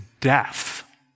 death